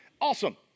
Awesome